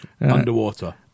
underwater